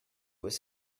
his